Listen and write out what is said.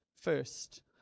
first